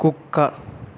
కుక్క